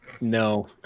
No